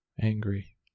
angry